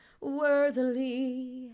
worthily